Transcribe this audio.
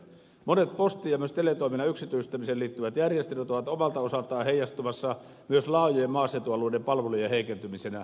monet postin ja myös teletoiminnan yksityistämiseen liittyvät järjestelyt ovat omalta osaltaan heijastumassa myös laajojen maaseutualueiden palvelujen heikentymisenä